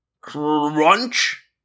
Crunch